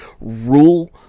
rule